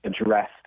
addressed